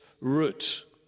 root